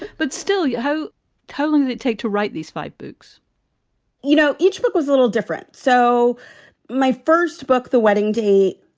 but still you how telling it it take to write these five books you know, each book was a little different. so my first book, the wedding day,